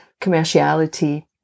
commerciality